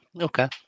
okay